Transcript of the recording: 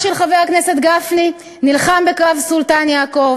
אח של חבר הכנסת גפני נלחם בקרב סולטן-יעקוב,